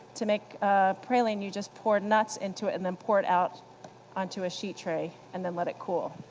to make praline you just pour nuts into it, then pour it out onto a sheet tray, and then let it cool.